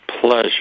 pleasure